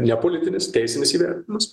nepolitinis teisinis įvertinimas